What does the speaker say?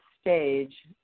stage